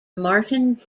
martin